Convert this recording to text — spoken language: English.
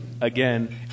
again